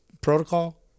protocol